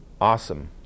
awesome